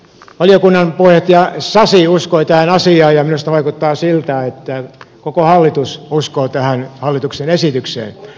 valiokunnan puheenjohtaja sasi uskoi tähän asiaan ja minusta vaikuttaa siltä että koko hallitus uskoo tähän hallituksen esitykseen